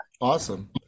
Awesome